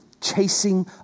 chasing